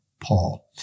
Paul